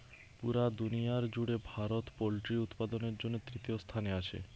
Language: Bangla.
পুরা দুনিয়ার জুড়ে ভারত পোল্ট্রি উৎপাদনের জন্যে তৃতীয় স্থানে আছে